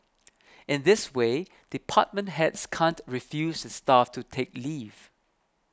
in this way department heads can't refuse their staff to take leave